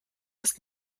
ist